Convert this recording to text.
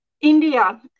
India